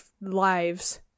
lives